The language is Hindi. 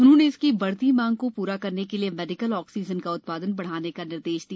उन्होंने इसकी बढ़ती मांग को प्ररा करने के लिए मेडिकल ऑक्सीजन का उत्पादन बढ़ाने का निर्देश दिया